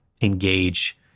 engage